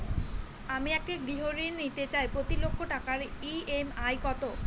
আমি একটি গৃহঋণ নিতে চাই প্রতি লক্ষ টাকার ই.এম.আই কত?